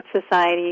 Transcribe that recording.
society